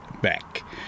back